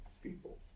people